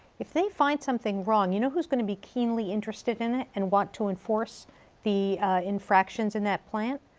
if they find something wrong, you know who's gonna be keenly interested in it and want to enforce the infractions in that plant?